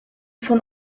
von